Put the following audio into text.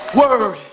word